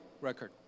record